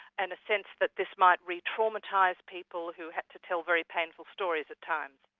and a sense that this might re-traumatise people who had to tell very painful stories at times.